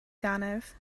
dannedd